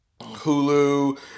Hulu